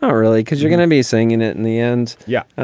ah really? because you're gonna be singing it in the end. yeah.